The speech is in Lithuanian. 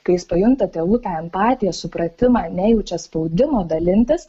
kai jis pajunta tėvų tą empatiją supratimą nejaučia spaudimo dalintis